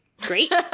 great